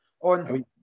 on